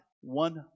one